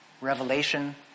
Revelation